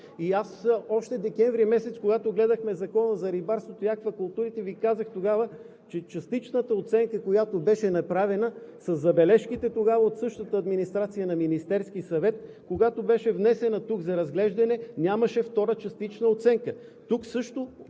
през месец декември, когато гледахме Законът за рибарството и аквакултурите, Ви казах, че частичната оценка, която беше направена, със забележките тогава от същата администрация на Министерския съвет, когато беше внесена тук за разглеждане, нямаше втора частична оценка.